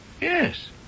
yes